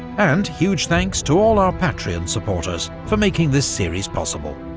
and huge thanks to all our patreon supporters for making this series possible.